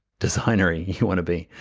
designery you wanna be.